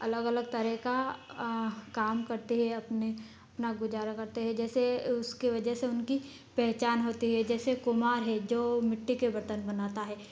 अलग अलग तरह का काम करते हैं अपने ना गुजारा करते हैं जैसे उसके वजह से उनकी पहचान होती है जैसे कुम्हार है जो मिट्टी के बर्तन बनाता है